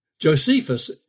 Josephus